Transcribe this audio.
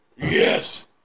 Yes